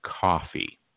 coffee